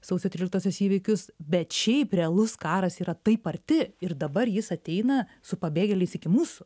sausio tryliktosios įvykius bet šiaip realus karas yra taip arti ir dabar jis ateina su pabėgėliais iki mūsų